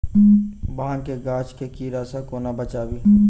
भांग केँ गाछ केँ कीड़ा सऽ कोना बचाबी?